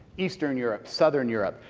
eastern europe, southern europe,